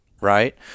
right